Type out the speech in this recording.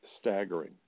staggering